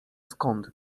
skąd